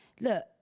Look